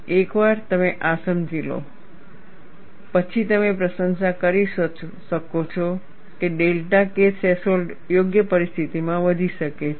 એકવાર તમે આ સમજી લો પછી તમે પ્રશંસા કરી શકો છો કે ડેલ્ટા K થ્રેશોલ્ડ યોગ્ય પરિસ્થિતિઓમાં વધી શકે છે